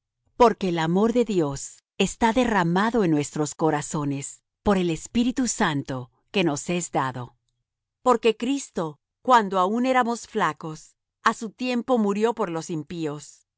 porque el amor de dios está derramado en nuestros corazones por el espíritu santo que nos es dado porque cristo cuando aún éramos flacos á su tiempo murió por los impíos